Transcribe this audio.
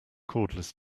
cordless